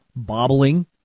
bobbling